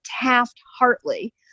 Taft-Hartley